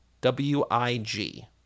W-I-G